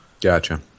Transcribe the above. Gotcha